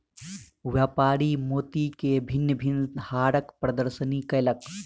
व्यापारी मोती के भिन्न भिन्न हारक प्रदर्शनी कयलक